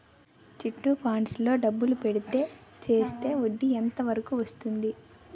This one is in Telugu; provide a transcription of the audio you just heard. చిట్ ఫండ్స్ లో డబ్బులు పెడితే చేస్తే వడ్డీ ఎంత వరకు వస్తుంది?